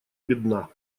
бедна